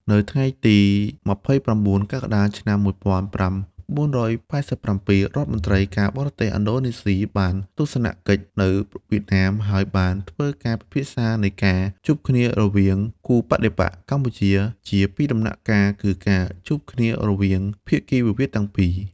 នៅថ្ងៃទី២៩ កក្កដា ឆ្នាំ ១៩៨៧ រដ្ឋមន្ត្រី ការបរទេស ឥណ្ឌូណេ ស៊ី បានទស្សនកិច្ចនៅវៀតណាម ហើយបានធ្វើការពិភាក្សានៃការ ជួបគ្នារវាងគូបដិបក្ខ (កម្ពុជា) ជាពីរដំណាក់កាលគឺការជួបគ្នារវាងភាគីវិវាទទាំងពីរ។